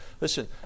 Listen